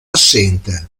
assente